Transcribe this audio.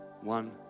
One